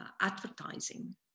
advertising